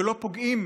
שלא פוגעים